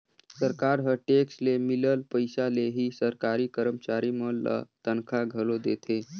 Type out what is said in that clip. सरकार ह टेक्स ले मिलल पइसा ले ही सरकारी करमचारी मन ल तनखा घलो देथे